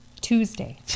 tuesday